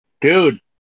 Dude